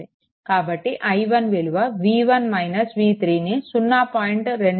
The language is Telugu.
కాబట్టి i1 విలువ v1 v3ని 0